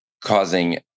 causing